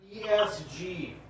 ESG